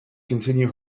continue